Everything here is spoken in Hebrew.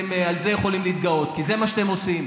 על זה אתם יכולים להתגאות, כי זה מה שאתם עושים.